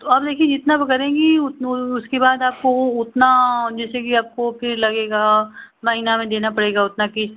तो अब देखिए जितना आप करेंगी उसके बाद आपको उतना जैसे कि आपको फ़िर लगेगा महीना में देना पड़ेगा उतना किश्त